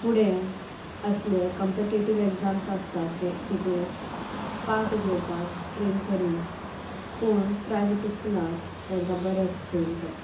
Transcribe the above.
फुडें असले competitive exams आसता ते तितूंक पार्ट घेवपाक ट्रेन करिना पूण प्रायवेट स्कुलांत तेंकां बरेंच ट्रेन करता